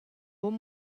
buca